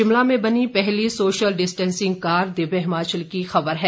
शिमला में बनी पहली social distancing car Divya Himachal की खबर है